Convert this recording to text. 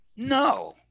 No